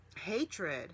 Hatred